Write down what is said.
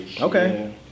Okay